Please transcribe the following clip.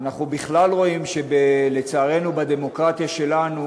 אנחנו בכלל רואים, לצערנו, שבדמוקרטיה שלנו